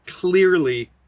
clearly